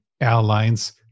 airlines